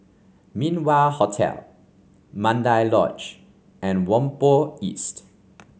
Min Wah Hotel Mandai Lodge and Whampoa East